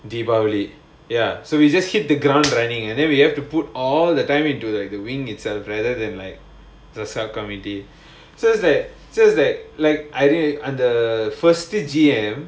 deepavali ya so we just hit the ground running and then we have to put all the time into like the wing itself rather than like the sub committee so it's like so it's like like அந்த:andha first G_M